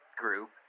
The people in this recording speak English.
group